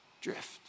Drift